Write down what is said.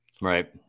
Right